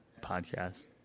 podcast